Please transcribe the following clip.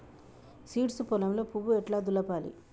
Seeds పొలంలో పువ్వు ఎట్లా దులపాలి?